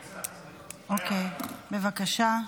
אוקיי, בבקשה.